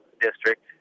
district